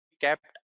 kept